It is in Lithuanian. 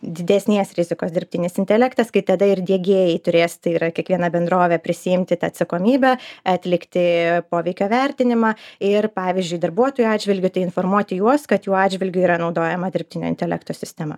didesnės rizikos dirbtinis intelektas kai tada ir diegėjai turės tai yra kiekviena bendrovė prisiimti tą atsakomybę atlikti poveikio vertinimą ir pavyzdžiui darbuotojų atžvilgiu tai informuoti juos kad jų atžvilgiu yra naudojama dirbtinio intelekto sistema